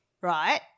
Right